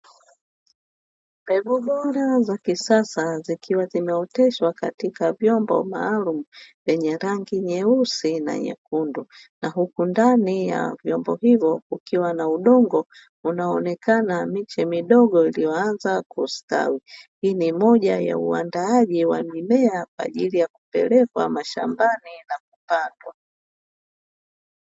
Mbegu bora za kisasa zikiwa zimeoteshwa katika vyombo maalum yenye rangi nyeusi na nyekundu, na huku ndani ya vyombo hivyo kukiwa na udongo unaonekana miche midogo iliyoanza kustawi. Hii ni moja ya uandaaji wa mimea kwa ajili ya kupelekwa mashambani na kupadwa.